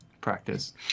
practice